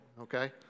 okay